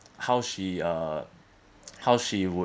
how she uh how she would